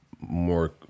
more